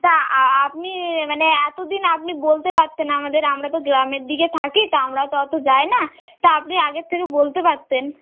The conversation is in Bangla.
তা আপনি মানে এতদিন আপনি বলতে পারতেন আমাদের আমরা তো গ্রামের দিকে থাকি তা আমরা তো অতো যাই না তা আপনি আগের থেকে বলতে পারতেন